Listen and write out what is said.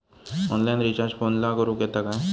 Online recharge फोनला करूक येता काय?